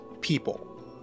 people